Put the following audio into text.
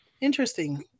Interesting